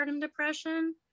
depression